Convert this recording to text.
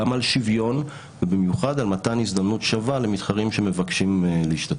גם על שוויון ובמיוחד על מתן הזדמנות שווה למתחרים שמבקשים להשתתף.